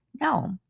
No